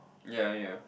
ya ya